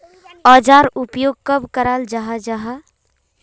औजार उपयोग कब कराल जाहा जाहा?